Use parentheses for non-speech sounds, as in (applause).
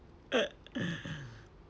(laughs)